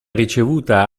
ricevuta